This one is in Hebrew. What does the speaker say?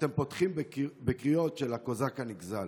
אתם פותחים בקריאות של הקוזק הנגזל.